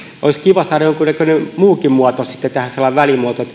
olisi kiva saada jonkinnäköinen muukin muoto tähän sellainen välimuoto